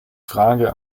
frage